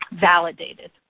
validated